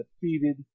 defeated